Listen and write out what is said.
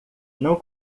não